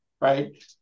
right